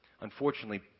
Unfortunately